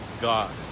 God